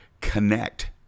connect